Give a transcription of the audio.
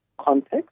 context